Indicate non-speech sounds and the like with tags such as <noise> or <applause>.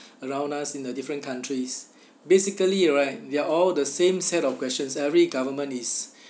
<breath> around us in the different countries basically right they're all the same set of questions every government is